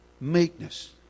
Meekness